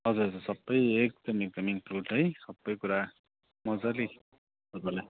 हजुर हजुर हजुर सबै एकदम एकदम इन्क्लुड है सबै कुरा मज्जाले तपाईँलाई